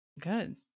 Good